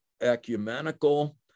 ecumenical